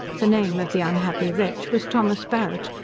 the name of the unhappy wretch was thomas barret,